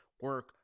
Work